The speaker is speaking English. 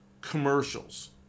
commercials